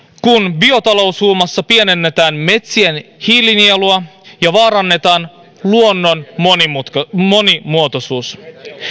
kun biotaloushuumassa pienennetään metsien hiilinielua ja vaarannetaan luonnon monimuotoisuus monimuotoisuus